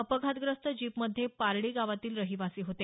अपघातग्रस्त जीपमध्ये पारडी गावातील रहिवासी होते